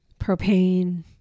propane